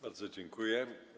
Bardzo dziękuję.